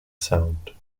sound